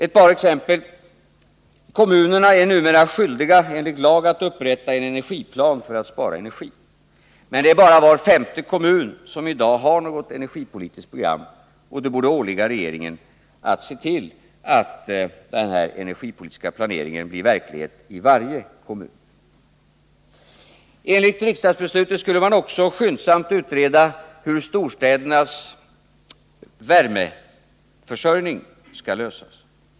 Ett par exempel: Kommunerna är numera skyldiga enligt lag att upprätta en energiplan för att spara energi. Men det är bara var femte kommun som i dag har något energipolitiskt program, och det borde åligga regeringen att se till att den energipolitiska planeringen blir verklighet i varje kommun. Enligt riksdagsbeslutet skulle man också skyndsamt utreda hur storstädernas värmeförsörjning skall lösas.